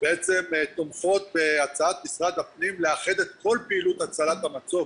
שבעצם תומכות בהצעת משרד הפנים לאחד את כל פעילות הצלת המצוק,